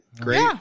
Great